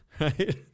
Right